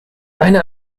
eine